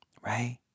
Right